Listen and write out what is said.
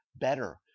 better